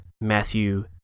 Matthew